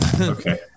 Okay